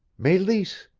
meleese!